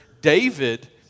David